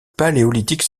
paléolithique